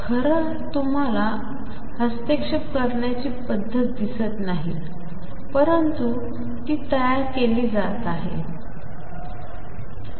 तर आम्हाला खरोखर हस्तक्षेप करण्याची पद्धत दिसत नाही परंतु ती तयार केली जात आहे